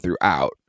throughout